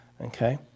Okay